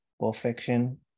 perfection